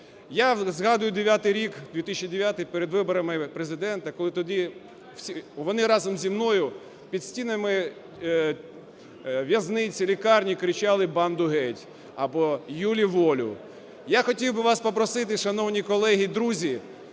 Я згадую 9-й рік, 2009-й перед виборами Президента, коли тоді вони разом зі мною під стінами в'язниці, лікарні кричали "Банду геть!" або "Юлі волю!" Я хотів би вас попросити, шановні колеги і друзі,